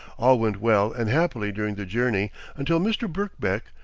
all went well and happily during the journey until mr. birkbeck,